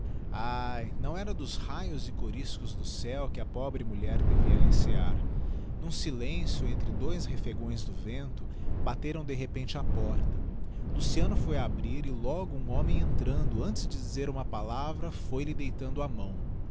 ai não era dos raios e coriscos do céu que a pobre mulher devia recear n'um silencio entre dois refegões do vento bateram de repente á porta luciano foi abrir e logo um homem entrando antes de dizer uma palavra foi-lhe deitando a mão